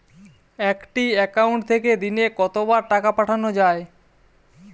একটি একাউন্ট থেকে দিনে কতবার টাকা পাঠানো য়ায়?